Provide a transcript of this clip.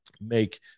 Make